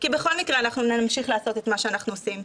כי בכל מקרה אנחנו נמשיך לעשות את מה שאנחנו עושים,